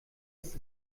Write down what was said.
ist